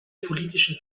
politischen